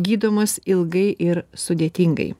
gydomos ilgai ir sudėtingai